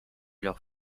leurs